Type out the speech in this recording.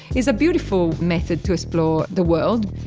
it's a beautiful method to explore the world,